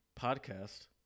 podcast